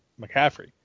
McCaffrey